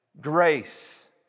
Grace